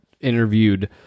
interviewed